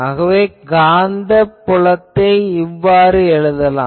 ஆகவே காந்தப் புலத்தை இவ்வாறு எழுதலாம்